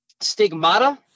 Stigmata